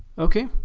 okay,